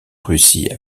russie